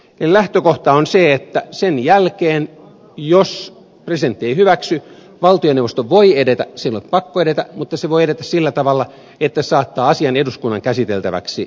lähtökohta on se että sen jälkeen jos presidentti ei hyväksy valtioneuvosto voi edetä silloin kun on pakko edetä mutta se voi edetä sillä tavalla että se saattaa asian eduskunnan käsiteltäväksi